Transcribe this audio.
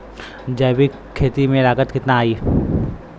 जैविक खेती में लागत कितना आई?